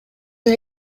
мен